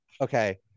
Okay